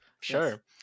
sure